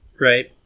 right